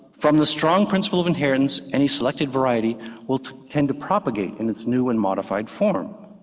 from the strong principle of inheritance, any selected variety will tend to propagate in its new and modified form.